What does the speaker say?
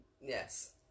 Yes